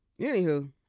anywho